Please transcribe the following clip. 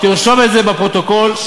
תרשום את זה בפרוטוקול,